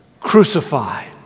crucified